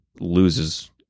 loses